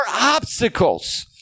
obstacles